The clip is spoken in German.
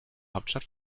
hauptstadt